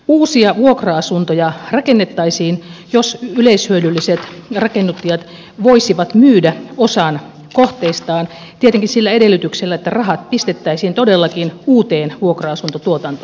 uusia vuokra asuntoja rakennettaisiin jos yleishyödylliset rakennuttajat voisivat myydä osan kohteistaan tietenkin sillä edellytyksellä että rahat pistettäisiin todellakin uuteen vuokra asuntotuotantoon